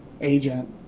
agent